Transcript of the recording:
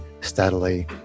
steadily